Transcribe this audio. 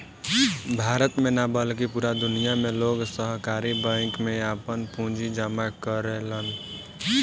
भारत में ना बल्कि पूरा दुनिया में लोग सहकारी बैंक में आपन पूंजी जामा करेलन